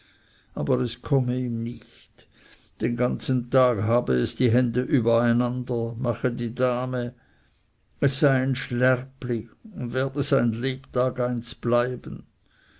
aber es komme ihm nicht den ganzen tag habe es die hände über einander mache die dame es sei ein schlärpli und werde sein lebtag eins bleiben